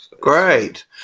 great